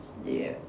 ya